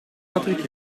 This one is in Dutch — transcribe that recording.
patrick